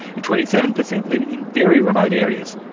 and twenty seven per cent live in very remote areas,